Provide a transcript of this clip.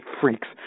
freaks